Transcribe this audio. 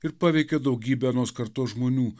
ir paveikė daugybę anos kartos žmonių